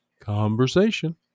conversation